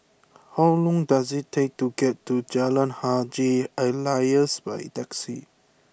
how long does it take to get to Jalan Haji Alias by taxi